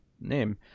name